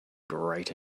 great